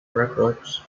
records